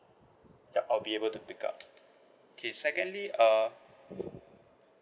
yup I'll be able to pick up okay secondly uh